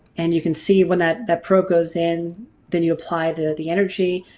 and you can see when that that probe goes in then you apply the the energy